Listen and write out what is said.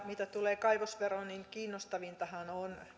mitä tulee kaivosveroon kiinnostavintahan on